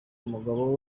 umugabo